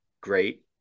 great